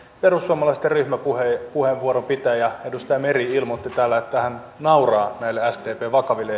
perussuomalaisten ryhmäpuheenvuoron pitäjä edustaja meri ilmoitti täällä että hän nauraa näille sdpn vakaville